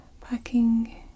packing